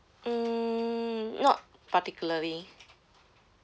mm not particularly